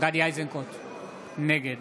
נגד